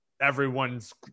everyone's